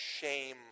shame